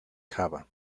java